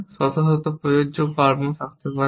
শত শত প্রযোজ্য কর্ম হতে পারে